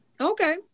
Okay